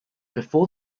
before